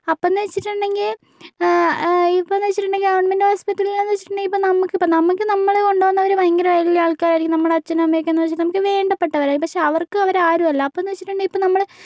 അപ്പോഴെണ് വച്ചിട്ടുണ്ടെങ്കിൽ ഇപ്പോഴെന്ന് വച്ചിട്ടുണ്ടെങ്കിൽ ഗവണ്മെന്റ് ഹോസ്പിറ്റലെന്ന് വച്ചിട്ടുണ്ടെങ്കിൽ ഇപ്പോൾ നമുക്കിപ്പോൾ നമുക്ക് നമ്മൾ കൊണ്ടുവന്നവർ ഭയങ്കര വലിയ ആൾക്കാർ ആയിരിക്കും നമ്മുടെ അച്ഛനും അമ്മയൊക്കെയെന്ന് വച്ചിട്ടുണ്ടെങ്കിൽ നമുക്ക് വേണ്ടപ്പെട്ടവരാണ് പക്ഷെ അവർക്ക് അവരാരുമല്ല അപ്പോഴെന്ന് വച്ചിട്ടുണ്ടെങ്കിൽ ഇപ്പോൾ നമ്മൾ